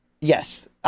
Yes